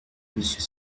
monsieur